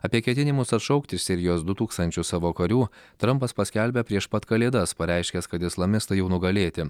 apie ketinimus atšaukti iš sirijos du tūkstančius savo karių trampas paskelbė prieš pat kalėdas pareiškęs kad islamistai jau nugalėti